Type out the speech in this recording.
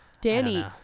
danny